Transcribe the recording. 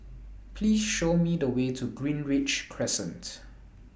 Please Show Me The Way to Greenridge Crescent